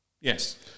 Yes